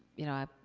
you know,